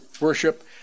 worship